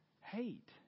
hate